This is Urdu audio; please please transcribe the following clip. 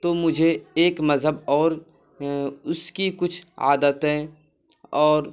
تو مجھے ایک مذہب اور اس کی کچھ عادتیں اور